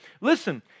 listen